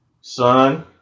son